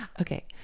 okay